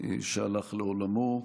שהלך לעולמו.